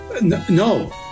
No